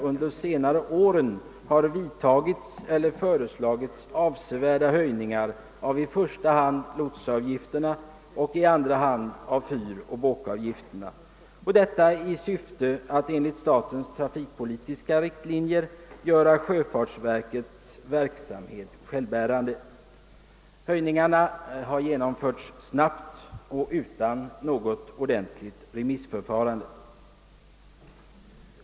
Under senare år har vidtagits eller föreslagits avsevärda höjningar av i första hand lotsavgifterna och i andra hand fyroch båkavgifterna, i syfte att enligt statens trafikpolitiska riktlinjer göra sjöfartsverkets verksamhet självbärande. Höjningarna har genomförts snabbt och utan något ordentligt remissförfarande.